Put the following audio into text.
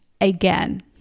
again